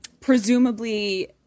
Presumably